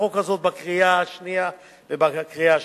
החוק הזאת בקריאה שנייה ובקריאה שלישית.